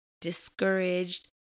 discouraged